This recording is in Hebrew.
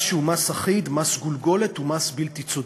מס שהוא מס אחיד, מס גולגולת, הוא מס בלתי צודק.